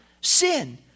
sin